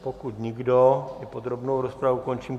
Pokud nikdo, i podrobnou rozpravu končím.